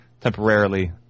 temporarily